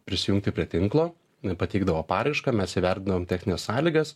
prisijungti prie tinklo pateikdavo paraišką mes įverdavom technines sąlygas